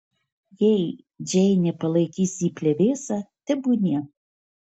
jei džeinė palaikys jį plevėsa tebūnie